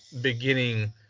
beginning